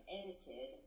edited